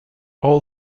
all